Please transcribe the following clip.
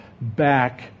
back